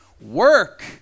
work